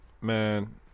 Man